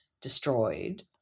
destroyed